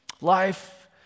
Life